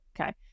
Okay